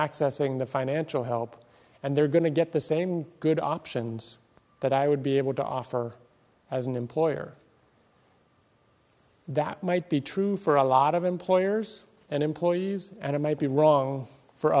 accessing the financial help and they're going to get the same good options that i would be able to offer as an employer that might be true for a lot of employers and employees and it might be wrong for